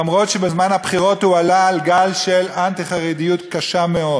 אף שבזמן הבחירות הוא עלה על גל של אנטי-חרדיות קשה מאוד.